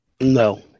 No